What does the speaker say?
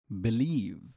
believe